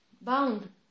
bound